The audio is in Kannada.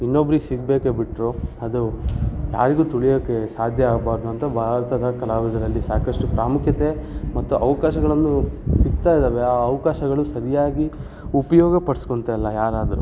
ಇನ್ನೊಬ್ರಿಗೆ ಸಿಗ್ಬೇಕು ಬಿಟ್ರೆ ಅದು ಯಾರಿಗೂ ತುಳಿಯೋಕೆ ಸಾಧ್ಯ ಆಗ್ಬಾರ್ದು ಅಂತ ಭಾರತದ ಕಲಾವಿದರಲ್ಲಿ ಸಾಕಷ್ಟು ಪ್ರಾಮುಖ್ಯತೆ ಮತ್ತು ಅವಕಾಶಗಳನ್ನು ಸಿಗ್ತಾ ಇದ್ದಾವೆ ಆ ಅವಕಾಶಗಳು ಸರಿಯಾಗಿ ಉಪ್ಯೋಗಪಡ್ಸ್ಕೊಳ್ತ ಇಲ್ಲ ಯಾರಾದ್ರೂ